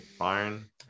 Iron